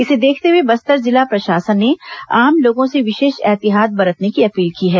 इसे देखते हुए बस्तर जिला प्रशासन ने आम लोगों से विशेष ऐहतियात बरतने की अपील की है